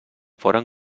foren